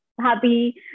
happy